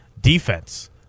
defense